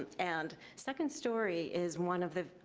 and second story is one of the,